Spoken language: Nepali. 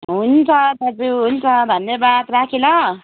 हुन्छ दाजु हुन्छ धन्यवाद राखेँ ल